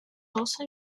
also